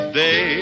day